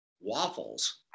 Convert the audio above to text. waffles